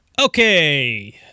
Okay